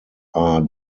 are